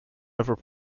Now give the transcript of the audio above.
ever